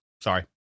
Sorry